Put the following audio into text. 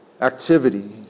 activity